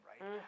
right